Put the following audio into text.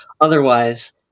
otherwise